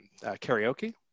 karaoke